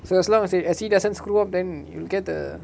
so as long as he as he doesn't screw up then he'll get the